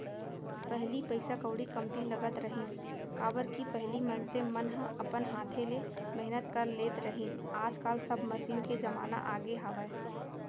पहिली पइसा कउड़ी कमती लगत रहिस, काबर कि पहिली मनसे मन ह अपन हाथे ले मेहनत कर लेत रहिन आज काल सब मसीन के जमाना आगे हावय